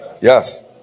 Yes